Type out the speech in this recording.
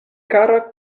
kara